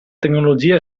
tecnologia